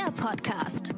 Podcast